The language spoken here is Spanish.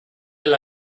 del